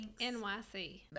NYC